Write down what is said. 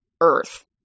earth